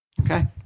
Okay